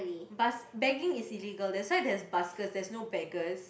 bus~ begging is illegal that's why there's buskers there's no beggars